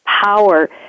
power